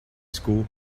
school